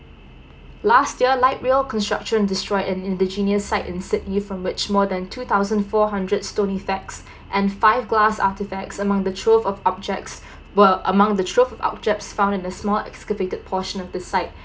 last year light rail construction destroyed an indigenous site in Sydney from which more than two thousand four hundred stone effects and five glass artifacts among the trove of objects were among the trove objects found in a small excavated portion of this site